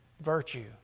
virtue